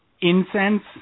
incense